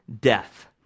death